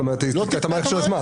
היא לא תתקע את המערכת.